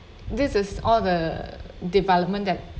this is all the development that